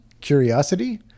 curiosity